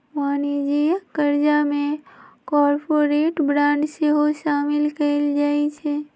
वाणिज्यिक करजा में कॉरपोरेट बॉन्ड सेहो सामिल कएल जाइ छइ